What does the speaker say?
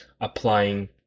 applying